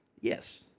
Yes